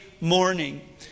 morning